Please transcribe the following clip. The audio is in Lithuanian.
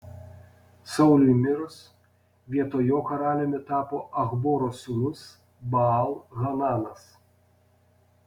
sauliui mirus vietoj jo karaliumi tapo achboro sūnus baal hananas